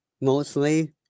mostly